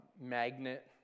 magnet